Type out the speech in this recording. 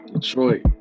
detroit